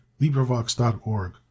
LibriVox.org